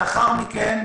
לאחר מכן,